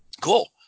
Cool